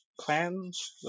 plans